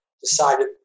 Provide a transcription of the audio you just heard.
decided